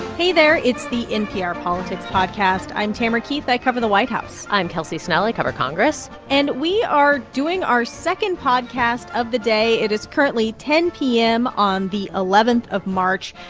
hey there. it's the npr politics podcast. i'm tamara keith. i cover the white house i'm kelsey snell. i cover congress and we are doing our second podcast of the day. it is currently ten p m. on the eleven of march,